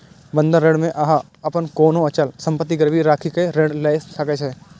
बंधक ऋण मे अहां अपन कोनो अचल संपत्ति गिरवी राखि कें ऋण लए सकै छी